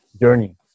journey